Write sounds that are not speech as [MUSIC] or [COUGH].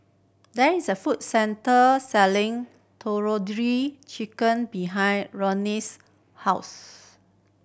there is a food centre selling Tandoori Chicken behind [UNINTELLIGIBLE] 's house